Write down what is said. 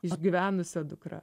išgyvenusia dukra